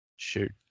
Shoot